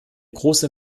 große